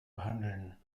behandeln